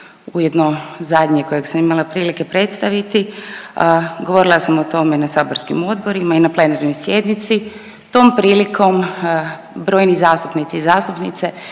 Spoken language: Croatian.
ujedno zadnje kojeg sam imala prilike predstaviti. Govorila sam o tome i na saborskim odborima i na plenarnoj sjednici. Tom prilikom brojni zastupnici i zastupnice